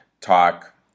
talk